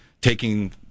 taking